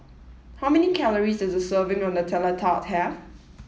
how many calories does a serving of Nutella Tart have